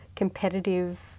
competitive